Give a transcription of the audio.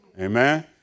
Amen